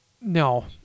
No